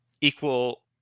equal